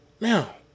Now